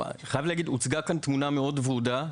אני חייב להגיד שהוצגה כאן תמונה מאוד ורודה,